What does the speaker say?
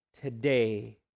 today